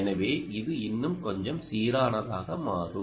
எனவே இது இன்னும் கொஞ்சம் சீரானதாக மாறும்